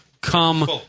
Come